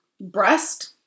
Breast